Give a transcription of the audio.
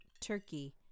turkey